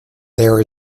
there